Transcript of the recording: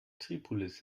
tripolis